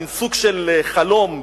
מין סוג של חלום,